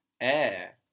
Air